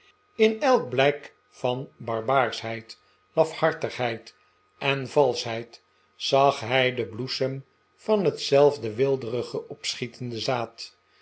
in elk blijk van barbaarschheid lafhartigheid en valschheid zag hij den bloesem van hetzelfde weelderig opschie'tende zaad